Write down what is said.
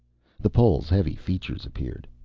the pole's heavy features appeared.